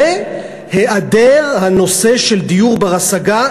והיעדר הנושא של דיור בר-השגה,